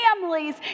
families